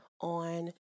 on